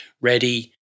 ready